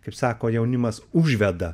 kaip sako jaunimas užveda